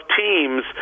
teams